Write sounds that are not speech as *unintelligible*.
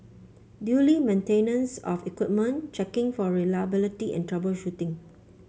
*unintelligible* maintenance of equipment checking for reliability and troubleshooting